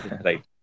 Right